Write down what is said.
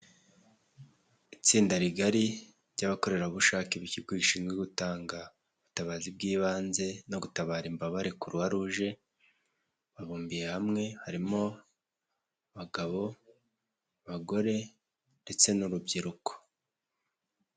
Itsinda rigari ry'abakorerabushake b'ikigo gishinzwe gutanga ubutabazi bw'ibanze no gutabara imbabare Kuruwa ruje babumbiye hamwe harimo abagabo, bagore ndetse n'urubyiruko.